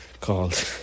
called